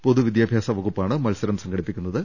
പൊതുവിദ്യാഭ്യാസ വകുപ്പാണ് മത്സരം സംഘടിപ്പിക്കു ന്നത്